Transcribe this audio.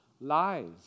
lies